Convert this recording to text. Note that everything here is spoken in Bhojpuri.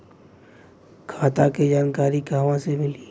खाता के जानकारी कहवा से मिली?